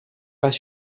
pas